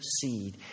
seed